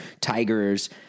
tiger's